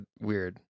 weird